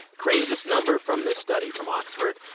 craziest number from this study from oxford,